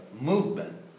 movement